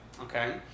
Okay